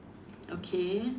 okay